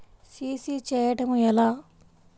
CC చేయడము ఎలా?